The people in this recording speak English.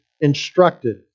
instructed